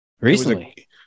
recently